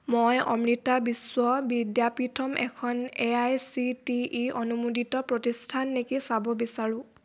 মই অমৃতা বিশ্ব বিদ্যাপীথম এখন A I C T E অনুমোদিত প্ৰতিষ্ঠান নেকি চাব বিচাৰোঁ